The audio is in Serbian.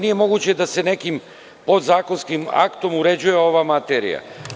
Nije moguće da se nekim podzakonskim aktom uređuje ova materija.